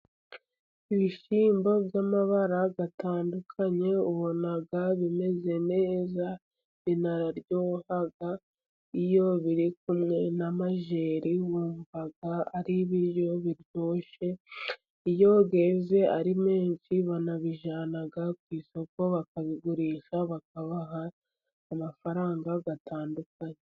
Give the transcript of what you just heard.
Ibishyimbo by'amabara atandukanye ubona bimeze neza, biraryoha iyo biri kumwe n'amajeri wumva ari ibiryo biryoshye, iyo yeze ari menshi babijyana ku isoko, bakabigurisha bakabaha amafaranga atandukanye.